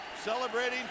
celebrating